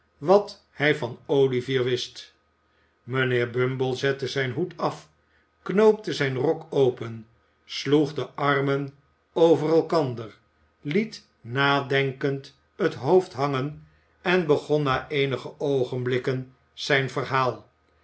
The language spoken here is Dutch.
wat hij van olivier wist mijnheer bumble zette zijn hoed af knoopte zijn rok open sloeg de armen over elkander liet nadenkend het hoofd hangen en begon na eenige oogenblikken zijn verhaal